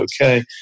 okay